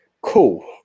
cool